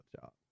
job